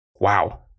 Wow